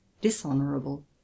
dishonourable